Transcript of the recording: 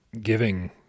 giving